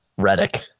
Redick